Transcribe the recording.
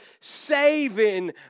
saving